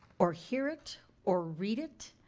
or hear it or read it,